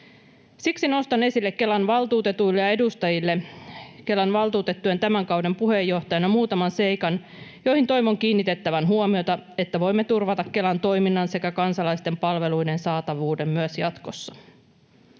Siksi nostan esille Kelan valtuutetuille ja edustajille Kelan valtuutettujen tämän kauden puheenjohtajana muutaman seikan, joihin toivon kiinnitettävän huomiota, että voimme turvata Kelan toiminnan sekä kansalaisten palveluiden saatavuuden myös jatkossa.